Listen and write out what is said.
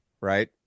right